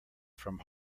from